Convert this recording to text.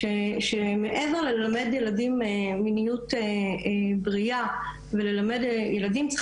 שמעבר ללמד ילדים מיניות בריאה וללמד ילדים צריך